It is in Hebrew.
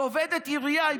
היא עובדת עירייה,